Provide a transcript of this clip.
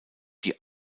die